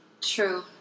True